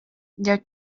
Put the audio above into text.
der